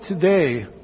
today